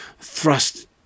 thrust